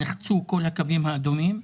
נחצו כל הקווים האדומים.